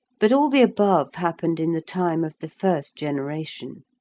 but all the above happened in the time of the first generation.